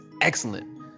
excellent